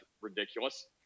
ridiculous